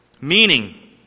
Meaning